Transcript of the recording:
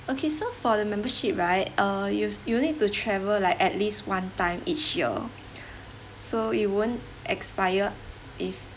okay so for the membership right uh you'll you need to travel like at least one time each year so it won't expire if